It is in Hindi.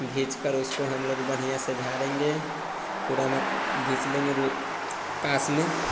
घीचकर उसको हम लोग बढ़िया से झारेंगे पूरा मच घीच लेंगे ल पास में